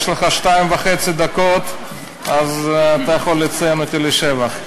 יש לך שתי דקות וחצי אז אתה יכול לציין אותי לשבח.